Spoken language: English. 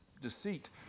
deceit